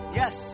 yes